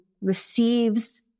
receives